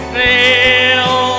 fail